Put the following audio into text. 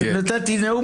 נתתי נאום